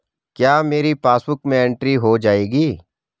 क्या मेरी पासबुक में एंट्री हो जाएगी?